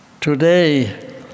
Today